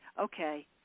okay